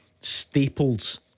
staples